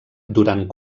durant